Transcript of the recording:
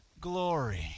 glory